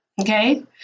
Okay